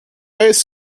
ice